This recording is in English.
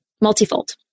multifold